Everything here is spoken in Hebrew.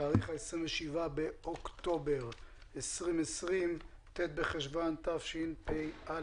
היום ה-27 באוקטובר 2020, ט' בחשוון התשפ"א.